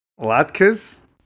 latkes